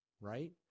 right